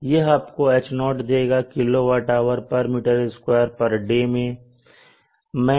यह आपको H0 देगा kWm2day मैं